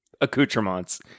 accoutrements